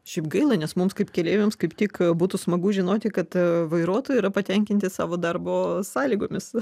šiaip gaila nes mums kaip keleiviams kaip tik būtų smagu žinoti kad vairuotojai yra patenkinti savo darbo sąlygomis